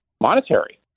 monetary